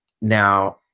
Now